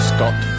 Scott